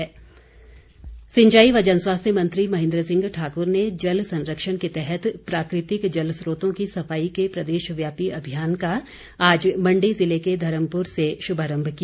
महेन्द्र सिंह सिंचाई व जनस्वास्थ्य मंत्री महेन्द्र सिंह ठाकुर ने जल संरक्षण के तहत प्राकृतिक जल स्रोतों की सफाई के प्रदेश व्यापी अभियान का आज मंडी ज़िले के धर्मपुर से शुभारंभ किया